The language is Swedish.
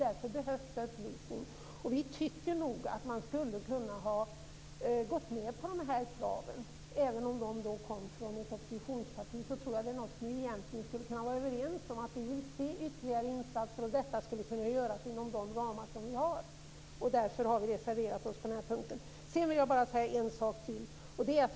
Därför behövs det upplysning. Vi tycker att man skulle kunna ha gått med på de här kraven, även om de kommer från ett oppositionsparti. Jag tycker att vi egentligen skulle kunna vara överens om att vi vill se ytterligare insatser och att de skulle kunna göras inom de ramar vi har. Därför har vi reserverat oss på den här punkten. Jag vill säga ytterligare en sak.